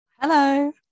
Hello